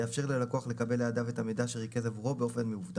יאפשר ללקוח לקבל לידיו את המידע שריכז עבורו באופן מאובטח.